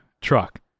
truck